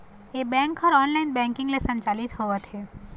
ए bank ह online banking ले संचालित होवत हे